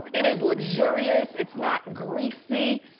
it is luxurious, it's not greasy.